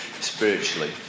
spiritually